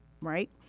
right